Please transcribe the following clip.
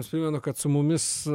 primenu kad su mumis